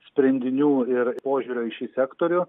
sprendinių ir požiūrio į šį sektorių